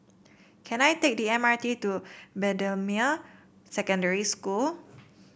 can I take the M R T to Bendemeer Secondary School